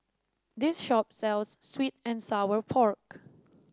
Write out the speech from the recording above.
this shop sells sweet and Sour Pork